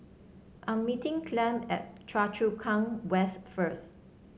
I'm meeting Clem at Choa Chu Kang West first